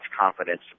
confidence